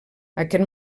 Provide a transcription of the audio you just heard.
aquest